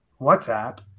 WhatsApp